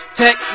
tech